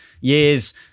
years